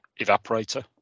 evaporator